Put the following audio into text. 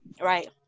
right